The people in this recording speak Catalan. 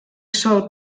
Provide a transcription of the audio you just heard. sol